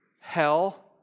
hell